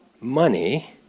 money